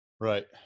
Right